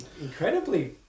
incredibly